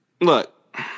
look